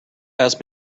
asked